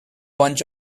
bunch